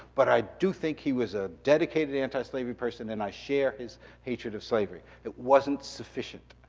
but i do think he was a dedicated antislavery person and i share his hatred of slavery. it wasn't sufficient.